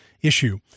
issue